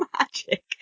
magic